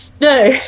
no